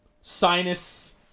sinus